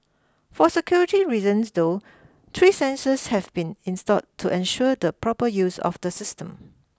for security reasons though three sensors have been installed to ensure the proper use of the system